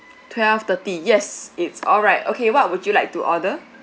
twelve thirty yes it's alright okay what would you like to order